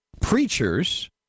preachers